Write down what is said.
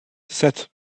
sept